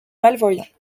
malvoyants